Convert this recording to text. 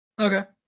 okay